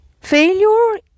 failure